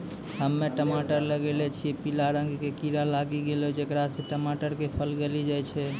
हम्मे टमाटर लगैलो छियै पीला रंग के कीड़ा लागी गैलै जेकरा से टमाटर के फल गली जाय छै?